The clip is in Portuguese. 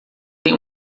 tem